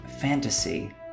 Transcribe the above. fantasy